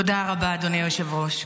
תודה רבה, אדוני היושב-ראש.